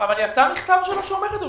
יצא מכתב שלו שבו הוא אומר את זה,